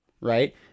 right